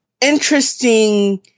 interesting